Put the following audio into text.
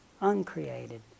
uncreated